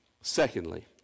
Secondly